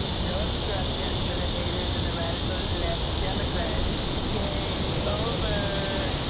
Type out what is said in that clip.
no obstruction. for the haters and the radical left democrats game over.